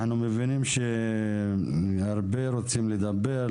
אנחנו מבינים שהרבה רוצים לדבר,